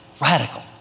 Radical